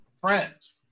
friends